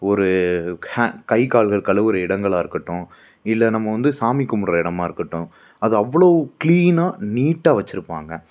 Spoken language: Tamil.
ஒரு ஹ கை கால்கள் கழுவுகிற இடங்களாக இருக்கட்டும் இல்லை நம்ம வந்து சாமி கும்புடுகிற இடமா இருக்கட்டும் அது அவ்வளோ கிளீனாக நீட்டாக வச்சிருப்பாங்கள்